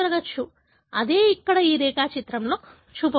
అదే ఇక్కడ ఈ రేఖాచిత్రంలో చూపబడింది